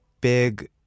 big